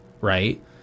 right